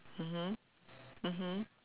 mmhmm mmhmm